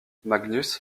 magnus